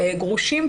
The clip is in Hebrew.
גרושים,